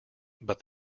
but